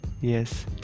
Yes